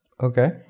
Okay